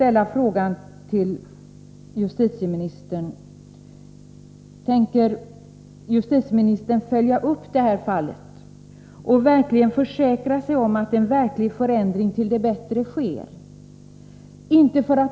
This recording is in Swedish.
Ämnar justitieministern följa upp det här fallet och verkligen försäkra sig om att en reell förändring till det bättre sker?